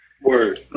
Word